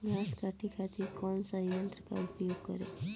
घास काटे खातिर कौन सा यंत्र का उपयोग करें?